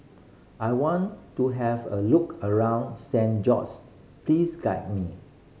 I want to have a look around Saint George's please guide me